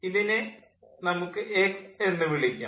ഇതിനെ നമുക്ക് X എന്നു വിളിക്കാം